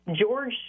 George